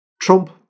Trump